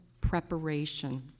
preparation